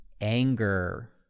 anger